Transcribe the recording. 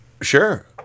sure